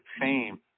fame